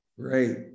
Great